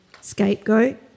scapegoat